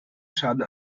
schaden